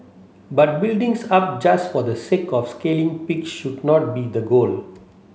but buildings up just for the sake of scaling peak should not be the goal